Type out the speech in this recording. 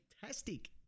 fantastic